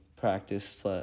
practice